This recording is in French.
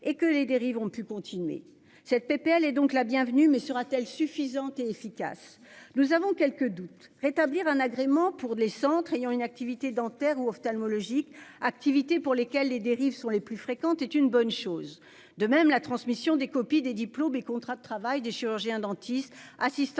et que les dérives ont pu continuer cette PPL et donc la bienvenue, mais sera-t-elle suffisante et efficace. Nous avons quelques doutes rétablir un agrément pour les centres ayant une activité dentaires ou ophtalmologiques activités pour lesquelles les dérives sont les plus fréquentes, est une bonne chose. De même, la transmission des copies des diplômes et contrats de travail des chirurgiens dentistes assistant